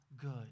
good